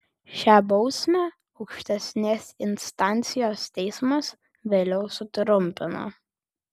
šią bausmę aukštesnės instancijos teismas vėliau sutrumpino